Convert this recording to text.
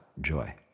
Joy